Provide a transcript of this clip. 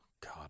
God